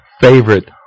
favorite